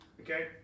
Okay